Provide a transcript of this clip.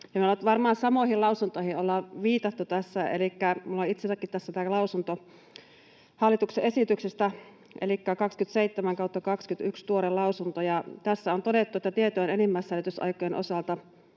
Varmaan samoihin lausuntoihin ollaan viitattu tässä, elikkä minulla on itsellänikin tässä tämä lausunto hallituksen esityksestä, elikkä 27/21, tuore lausunto, ja tässä on todettu, että tietojen enimmäissäilytysaikojen osalta